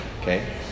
Okay